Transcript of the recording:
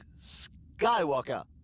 Skywalker